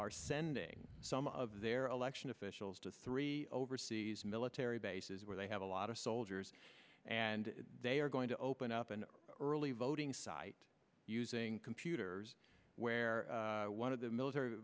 are sending some of their election officials to three overseas military bases where they have a lot of soldiers and they are going to open up an early voting site using computers where one of the military